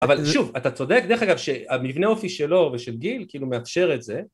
אבל שוב, אתה צודק דרך אגב שהמבנה האופי שלו ושל גיל, כאילו מאפשר את זה.